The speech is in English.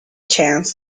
chance